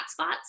hotspots